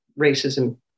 racism